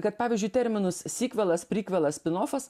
kad pavyzdžiui terminus sikvelas prikvelas spinofas